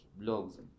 blogs